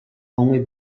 only